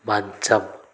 మంచం